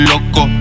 Loco